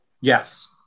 Yes